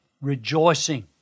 rejoicing